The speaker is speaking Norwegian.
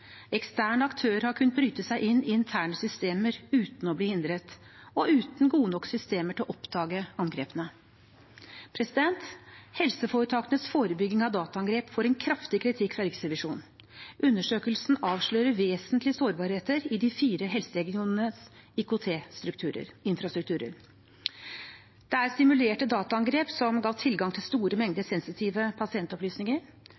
Eksterne aktører har kunnet bryte seg inn i interne systemer uten å bli hindret og uten gode nok systemer til å oppdage angrepene. Helseforetakenes forebygging av dataangrep får kraftig kritikk av Riksrevisjonen. Undersøkelsen avslører vesentlige sårbarheter i de fire helseregionenes IKT-infrastruktur. Det er simulerte dataangrep som ga tilgang til store